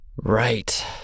Right